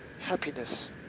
happiness